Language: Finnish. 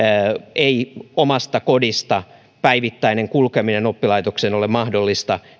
ei omasta kodista päivittäinen kulkeminen oppilaitokseen ole mahdollista